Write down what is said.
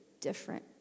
different